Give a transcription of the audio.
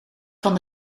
van